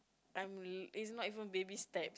I'm e~ it's not even baby steps